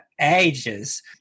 ages